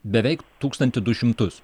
beveik tūkstantį du šimtus